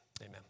amen